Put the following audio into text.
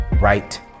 right